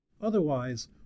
Otherwise